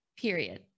period